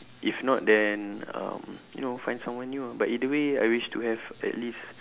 if not then um you know find someone new ah but either way I wish to have at least